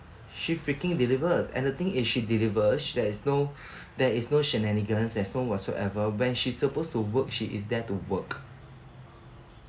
she freaking deliver and the thing is she delivers she has no there is no shenanigans there's no whatsoever when she's suppose to work she is there to work